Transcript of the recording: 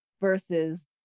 versus